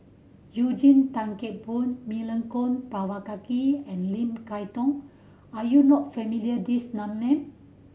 Eugene Tan Kheng Boon Milenko Prvacki and Lim Kay Tong are you not familiar these name